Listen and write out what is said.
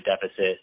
deficit